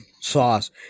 sauce